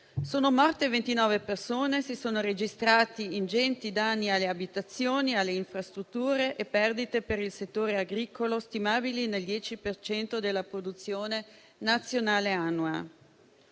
Sono morte 29 persone; si sono registrati ingenti danni alle abitazioni e alle infrastrutture e perdite per il settore agricolo stimabili nel 10 per cento della produzione nazionale annua.